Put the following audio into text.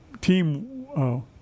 team